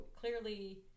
clearly